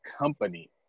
company